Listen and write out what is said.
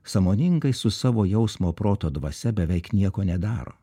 sąmoningai su savo jausmo proto dvasia beveik nieko nedaro